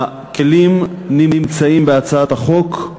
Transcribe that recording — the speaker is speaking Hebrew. הכלים נמצאים בהצעת החוק,